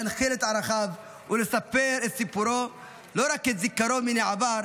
להנחיל את ערכיו ולספר את סיפורו לא רק כזיכרון מן העבר,